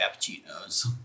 cappuccinos